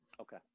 okay